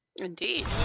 Indeed